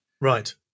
Right